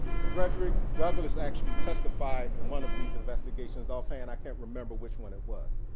frederick douglass actually testified in one of these investigations. off-hand, i can't remember which one it was.